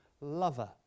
lover